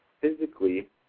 physically